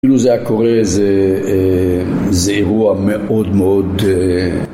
אילו זה היה קורה, זה אירוע מאוד מאוד